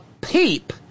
peep